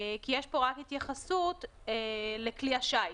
כי יש פה רק התייחסות לכלי השיט,